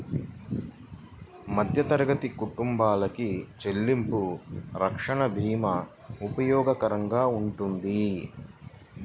మధ్యతరగతి కుటుంబాలకి చెల్లింపు రక్షణ భీమా ఉపయోగకరంగా వుంటది